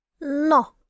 No